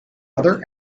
other